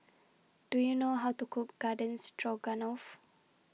Do YOU know How to Cook Garden Stroganoff